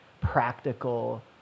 practical